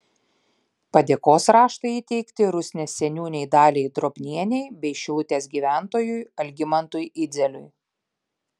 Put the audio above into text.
padėkos raštai įteikti rusnės seniūnei daliai drobnienei bei šilutės gyventojui algimantui idzeliui